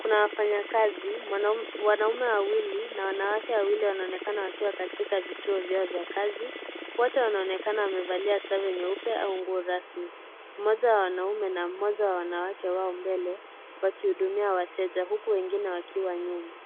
Kuna wafanya kazi, wanaume wawili na wanawake wawili wale wanaonenakana wakiwa katika vituo vyao vya kazi wote wanaonenakana wamevalia sare nyeupe au nguo rasmi. Mmoja wa wanaume na mmoja wa wanawake mbele wao mbele wakihudumia wateja huku wengine wakiwa nyuma.